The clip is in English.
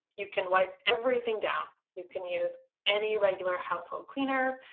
you can wipe everything down. you can use any regular household cleaner,